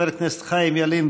חבר הכנסת חיים ילין,